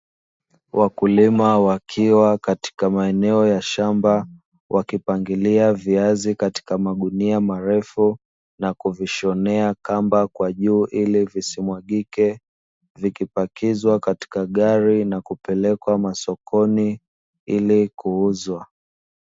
Wakulima wakiwa katika maeneo ya shamba, wakipangilia viazi katika magunia marefu na kuvishonea kamba kwa juu ili visimwagike, vikipakizwa katika gari na kupelekwa masokoni ili kuuzwa.